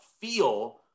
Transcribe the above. feel